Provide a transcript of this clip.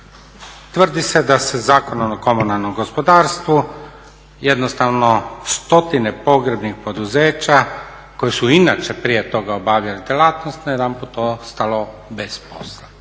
Tvrdi se da se Zakon o komunalnom gospodarstvu jednostavno, stotine pogrebnih poduzeća koji su inače prije toga obavljali djelatnost, najedanput